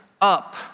up